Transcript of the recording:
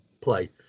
play